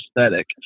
aesthetic